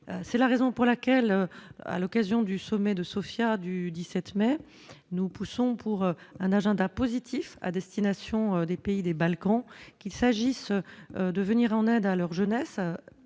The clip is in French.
c'est la raison pour laquelle, à l'occasion du sommet de Sofia, du 17 mai nous poussons pour un agenda positif, à destination des pays des Balkans, qu'il s'agisse de venir en aide à leur jeunesse,